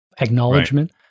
acknowledgement